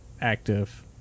active